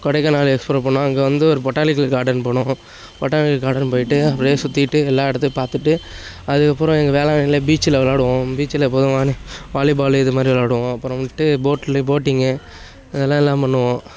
கொடைக்கானலை சொல்ல போனால் அங்கே வந்து ஒரு பொட்டானிக்கல் கார்டன் போனோம் பொட்டானிக்கல் கார்டன் போயிட்டு அப்படியே சுற்றிட்டு எல்லா இடத்தையும் பார்த்துட்டு அதுக்கப்புறம் எங்களுக்கு வேளாங்கண்ணியில் பீச்சில் வெளாடுவோம் பீச்சில் எப்போதும் வெளாடி வாலிபாலு இது மாதிரி வெளாடுவோம் அப்புறமேட்டு போட்டில் போட்டிங்கு அதெல்லாம் எல்லாம் பண்ணுவோம்